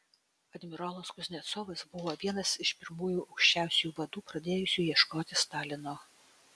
admirolas kuznecovas buvo vienas iš pirmųjų aukščiausiųjų vadų pradėjusių ieškoti stalino